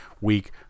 week